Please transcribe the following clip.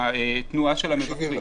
התנועה של המבקרים.